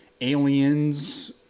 Aliens